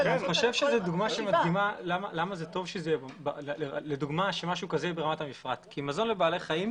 זאת דוגמה שמדגימה משהו כזה ברמת המפרט כי זה מזון לבעלי חיים.